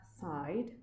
side